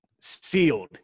sealed